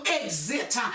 exit